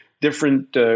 different